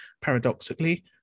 Paradoxically